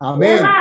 Amen